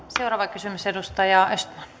seuraava kysymys edustaja östman